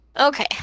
okay